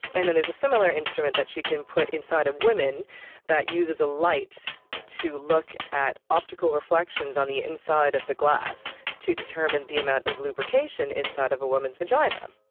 and then there is a similar instrument that she can put inside of women that uses a light to look at optical reflections on the inside of the glass to determine the amount of lubrication inside of a woman's vagina.